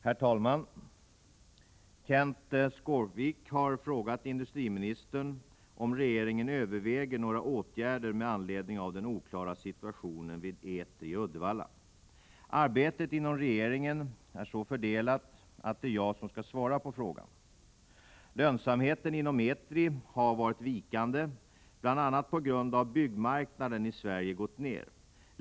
Herr talman! Kenth Skårvik har frågat industriministern om regeringen överväger några åtgärder med anledning av den oklara situationen vid Etri i Uddevalla. Arbetet inom regeringen är så fördelat att det är jag som skall svara på frågan. Lönsamheten inom Etri har varit vikande, bl.a. på grund av att byggmarknaden i Sverige gått ned.